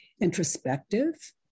introspective